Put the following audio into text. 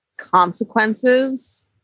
consequences